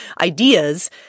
ideas